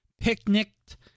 picnicked